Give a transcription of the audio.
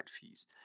fees